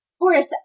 Horace